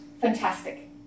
fantastic